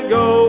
go